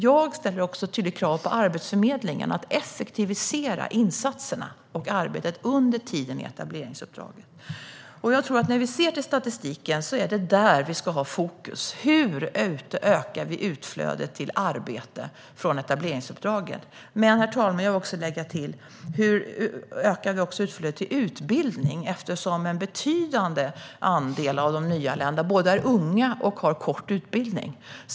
Jag ställer också krav på Arbetsförmedlingen att effektivisera insatserna och arbetet under tiden i etableringsuppdraget. När vi ser till statistiken ska vi ha fokus på hur vi ökar utflödet till arbete från etableringsuppdraget, men, herr talman, jag vill lägga till hur vi också ökar utflödet till utbildning. En betydande andel av de nyanlända är både unga och har kort utbildning.